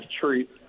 treat